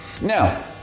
Now